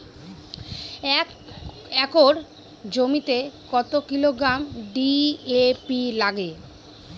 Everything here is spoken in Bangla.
এক একর জমিতে কত কিলোগ্রাম ডি.এ.পি লাগে?